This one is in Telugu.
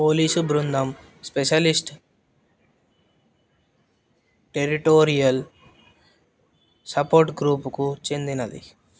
పోలీసు బృందం స్పెషలిస్ట్ టెరిటోరియల్ సపోర్ట్ గ్రూప్కు చెందినది